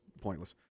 pointless